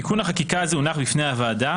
תיקון החקיקה הזה הונח בפני הוועדה